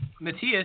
Matias